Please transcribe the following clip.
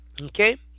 okay